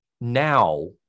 now